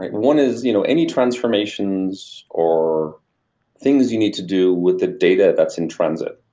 one is you know any transformations or things you need to do with the data that's in transit.